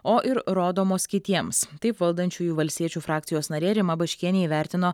o ir rodomos kitiems taip valdančiųjų valstiečių frakcijos narė rima baškienė įvertino